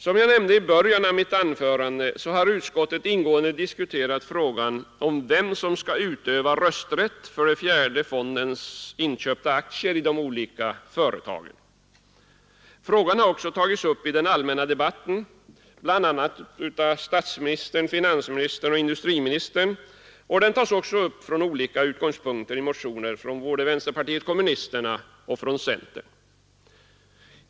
Som jag nämnde i början av mitt anförande har utskottet ingående diskuterat frågan om vem som skall utöva rösträtt för den fjärde fondens inköpta aktier i de olika företagen. Frågan har också tagits upp i den allmänna debatten, bl.a. av statsministern, finansministern och industriministern, och den tas också upp från olika utgångspunkter i motioner från både vänsterpartiet kommunisterna och centern.